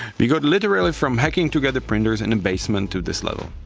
we got literally from hacking together printers in a basement to this level.